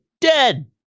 dead